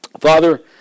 Father